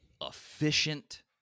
efficient